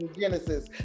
Genesis